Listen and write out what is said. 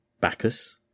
Bacchus